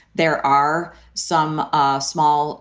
there are some ah small